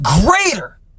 greater